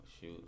shoot